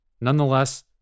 Nonetheless